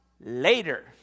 later